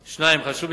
2. חשוב מכך,